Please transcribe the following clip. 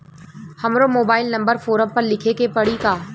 हमरो mobile number forum पर लिखे के पड़ी का?